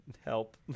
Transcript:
help